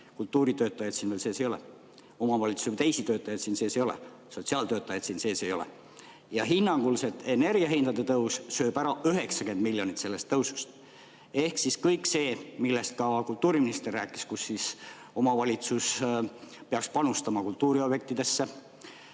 Kultuuritöötajaid siin veel sees ei ole, omavalitsuse teisi töötajaid siin sees ei ole, sotsiaaltöötajaid siin sees ei ole. Hinnanguliselt sööb energiahindade tõus ära 90 miljonit sellest tõusust. Ehk siis kõik see, millest ka kultuuriminister rääkis, et omavalitsus peaks panustama kultuuriobjektidesse